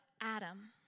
Adam